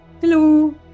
Hello